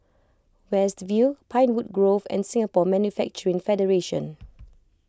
West View Pinewood Grove and Singapore Manufacturing Federation